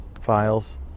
files